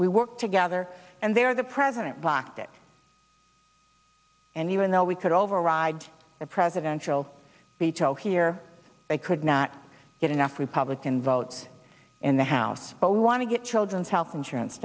we work together and they are the president blocked it and even though we could override a presidential veto here they could not get enough republican votes in the house but we want to get children's health insurance